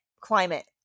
climate